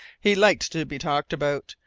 he liked to be talked about.